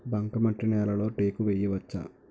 బంకమట్టి నేలలో టేకు వేయవచ్చా?